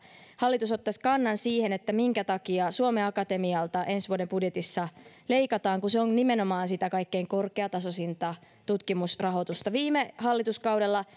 hallitus ottaisi kannan siihen minkä takia suomen akatemialta ensi vuoden budjetissa leikataan kun se on nimenomaan sitä kaikkein korkeatasoisinta tutkimusrahoitusta viime hallituskaudella